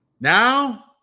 Now